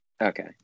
Okay